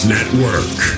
Network